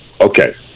Okay